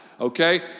okay